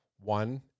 One